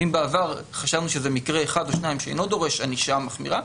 ואם בעבר חשבנו שזה מקרה אחד או שניים שלא דורש ענישה מחמירה,